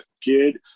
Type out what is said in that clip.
Kid